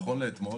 נכון לאתמול,